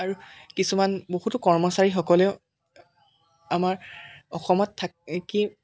আৰু কিছুমান বহুতো কৰ্মচাৰীসকলেও আমাৰ অসমত থাকি